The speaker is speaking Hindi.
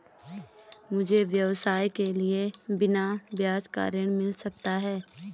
मुझे व्यवसाय के लिए बिना ब्याज का ऋण मिल सकता है?